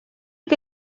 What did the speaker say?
que